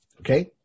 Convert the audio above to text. Okay